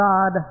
God